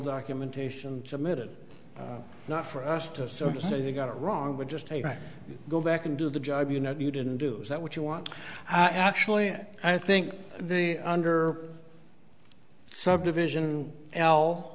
documentation submitted not for us to say you got it wrong with just a back go back and do the job you know you didn't do is that what you want actually i think the under subdivision l